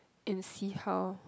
and see how